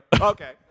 Okay